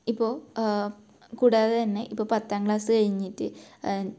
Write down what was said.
ഇപ്പോൾ കൂടാതെ തന്നെ ഇപ്പം പത്താം ക്ലാസ്സ് കഴിഞ്ഞിട്ട്